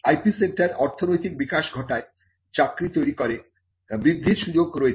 IP centre অর্থনৈতিক বিকাশ ঘটায় চাকরি তৈরি করে বৃদ্ধির সুযোগ রয়েছে